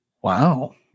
Wow